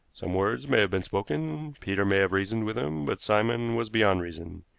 some words may have been spoken peter may have reasoned with him, but simon was beyond reason.